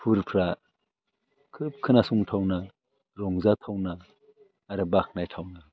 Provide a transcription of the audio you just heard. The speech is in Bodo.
सुरफ्रा खोब खोनासंथावना रंजाथावना आरो बाखनायथावना